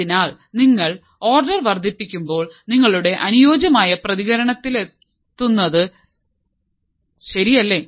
അതിനാൽ നിങ്ങൾ ഓർഡർ വർദ്ധിപ്പിക്കുമ്പോൾ നിങ്ങളുടെ അനുയോജ്യമായ പ്രതികരണത്തിലെത്തുന്നു ശരിയല്ലേ